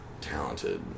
talented